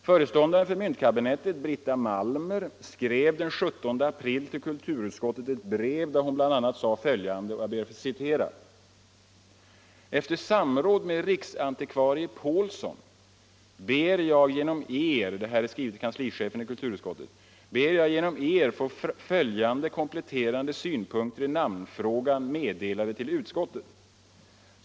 Föreståndaren för myntkabinettet, Brita Malmer, skrev den 17 april till kanslichefen i kulturutskottet ett brev, där hon bl.a. sade följande: ”Efter samråd med riksantikvarie Pålsson ber jag genom Er få följande kompletterande synpunkter i namnfrågan meddelade till utskottet.